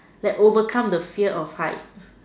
like overcome you know the fear of heights